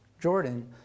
jordan